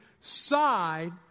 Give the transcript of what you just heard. side